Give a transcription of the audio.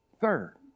Third